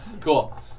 Cool